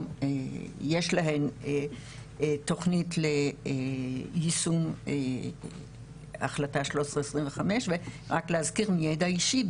יש להן תוכנית ליישום החלטה 1325. רק להזכיר מיידע אישי,